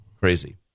Crazy